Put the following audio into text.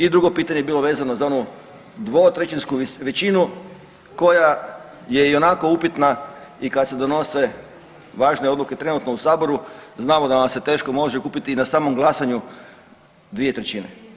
I drugo pitanje je bilo vezano za onu dvotrećinsku većinu koja je ionako upitna i kad se donose važne odluke trenutno u Saboru znamo da nas se teško može kupiti i na samom glasanju dvije trećine.